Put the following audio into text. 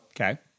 Okay